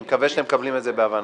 אני מקווה שאתם מקבלים את זה בהבנה.